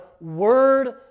word